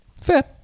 fair